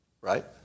Right